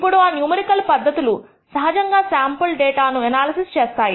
ఇప్పుడు ఆ న్యూమరికల్ పద్ధతులు సహజంగా శాంపుల్ డేటా ను ఎనాలసిస్ చేస్తాయి